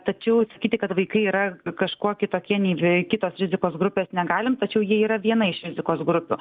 tačiau sakyti kad vaikai yra kažkuo kitokie nei bei kitos rizikos grupės negalim tačiau jie yra viena iš rizikos grupių